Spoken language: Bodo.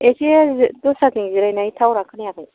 एसे दस्राथिं जिरायनाय टावार आ खोनायाखै